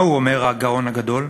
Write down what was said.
מה הוא אומר, הגאון הגדול: